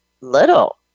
little